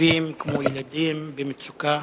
חשובים כמו ילדים במצוקה.